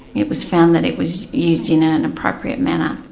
it was found that it was used in an appropriate manner.